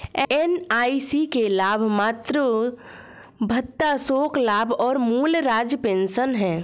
NIC के लाभ मातृत्व भत्ता, शोक लाभ और मूल राज्य पेंशन हैं